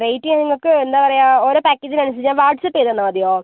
rate ഞാൻ നിങ്ങൾക്ക് എന്താ പറയാ ഓരോ പാക്കേജിനനുസരിച്ച് ഞാൻ വാട്സ്ആപ്പ് ചെയ്ത് തന്നാൽ മതിയോ